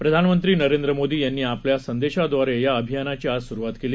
प्रधानमंत्री नरेंद्र मोदी यांनी आपल्या संदेशाद्वारे या अभियानाची आज सुरुवात केली